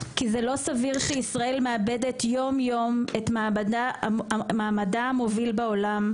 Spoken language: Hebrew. כי זה לא סביר שישראל מאבדת יום-יום את מעמדה המוביל בעולם,